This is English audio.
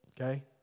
okay